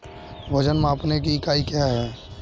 वजन मापने की इकाई क्या है?